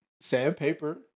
Sandpaper